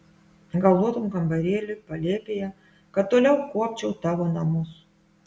gal duotum kambarėlį palėpėje kad toliau kuopčiau tavo namus